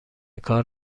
کار